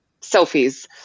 selfies